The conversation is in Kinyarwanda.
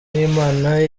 n’imana